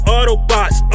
Autobots